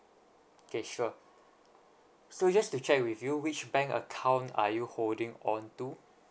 okay sure so just to check with you which bank account are you holding on to